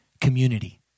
community